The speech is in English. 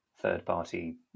third-party